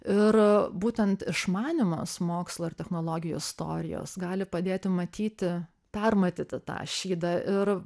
ir būtent išmanymas mokslo ir technologijų istorijos gali padėti matyti permatyti tą šydą ir